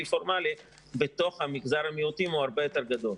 פורמלי במגזר המיעוטים הוא הרבה יותר גדול.